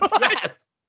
Yes